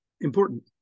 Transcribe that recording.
important